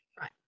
Right